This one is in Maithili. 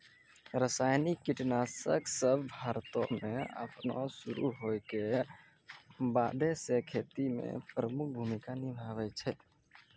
रसायनिक कीटनाशक सभ भारतो मे अपनो शुरू होय के बादे से खेती मे प्रमुख भूमिका निभैने छै